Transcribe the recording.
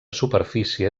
superfície